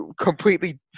completely